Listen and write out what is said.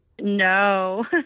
No